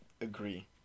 agree